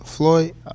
Floyd